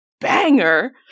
Banger